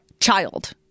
Child